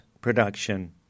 production